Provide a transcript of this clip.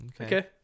Okay